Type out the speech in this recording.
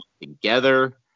together